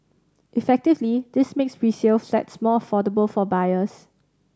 effectively this makes resale flats more affordable for buyers